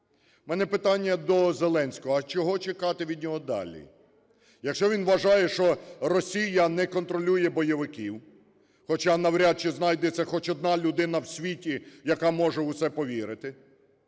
В мене питання до Зеленського: а чого чекати від нього далі? Якщо він вважає, що Росія не контролює бойовиків, хоча навряд чи знайдеться хоч одна людина в світі, яка може в це повірити,